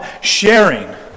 sharing